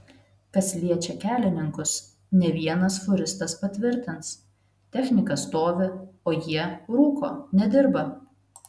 kas liečia kelininkus ne vienas fūristas patvirtins technika stovi o jie rūko nedirba